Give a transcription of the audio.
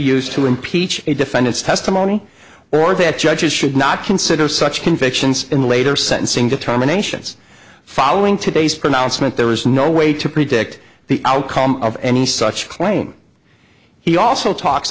used to impeach a defendant's testimony or that judges should not consider such convictions in later sentencing determinations following today's pronouncement there is no way to predict the outcome of any such claim he also talks